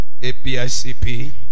APICP